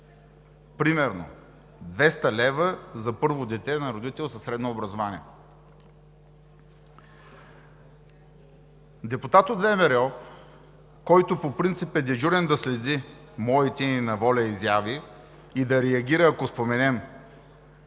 примерно 200 лв. за първо дете на родител със средно образование. Депутат от ВМРО, който по принцип е дежурен да следи моите и на ВОЛЯ изяви и да реагира, ако споменем